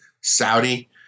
Saudi